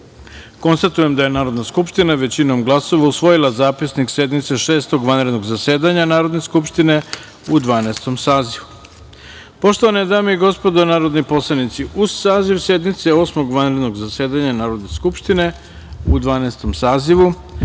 poslanika. Konstatujem da je Narodna skupština većinom glasova usvojila zapisnik sednice Šestog vanrednog zasedanja Narodne skupštine u Dvanaestom sazivu. Poštovane dame i gospodo narodni poslanici, uz saziv sednice Osmog vanrednog zasedanja Narodne skupštine u Dvanaestom